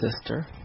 sister